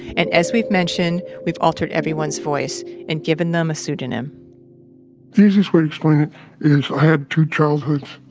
and as we've mentioned, we've altered everyone's voice and given them a pseudonym the easiest way to explain it is i had two childhoods.